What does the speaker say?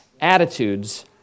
attitudes